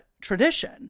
tradition